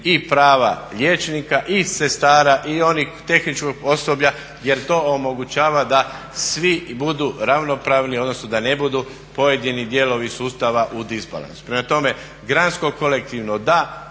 i prava liječnika, i prava sestara, i onog tehničkog osoblja jer to omogućava da svi budu ravnopravni, odnosno da ne budu pojedini dijelovi sustava u disbalansu. Prema tome, gradsko kolektivno da,